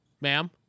ma'am